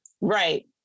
Right